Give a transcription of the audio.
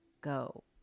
go